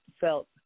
felt